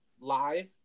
live